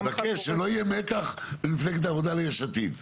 אני מבקש שלא יהיה מתח בין מפלגת העבודה ל-יש עתיד.